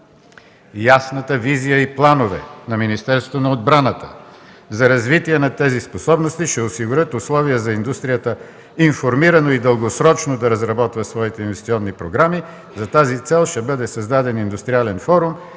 Ясната визия и планове на Министерството на отбраната за развитие на тези способности ще осигурят условия за индустрията информирано и дългосрочно да разработва своите инвестиционни програми. За тази цел ще бъде създаден индустриален форум